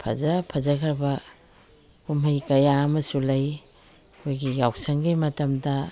ꯐꯖ ꯐꯖꯈ꯭ꯔꯕ ꯀꯨꯝꯍꯩ ꯀꯌꯥ ꯑꯃꯁꯨ ꯂꯩ ꯑꯩꯈꯣꯏꯒꯤ ꯌꯥꯎꯁꯪꯒꯤ ꯃꯇꯝꯗ